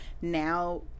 now